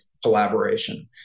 collaboration